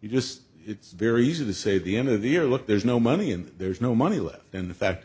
you just it's very easy to say the end of the year look there's no money and there's no money left in the fact